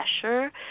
pressure